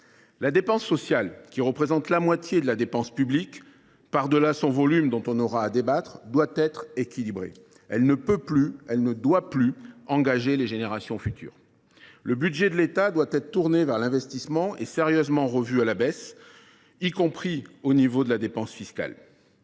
La dépense sociale, qui représente la moitié de la dépense publique, par delà son volume – dont nous aurons à débattre – doit être équilibrée. Elle ne peut plus, elle ne doit plus, engager les générations futures. Le budget de l’État doit être tourné vers l’investissement et sérieusement revu à la baisse, y compris en ce qui concerne la dépense fiscale.